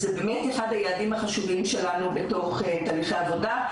זה באמת אחד היעדים החשובים שלנו בתוך תהליכי העבודה,